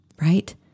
right